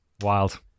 wild